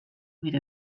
with